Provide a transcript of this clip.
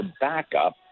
backup